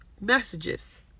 messages